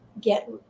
get